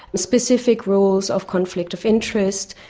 specific rules of conflict of interest,